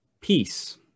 peace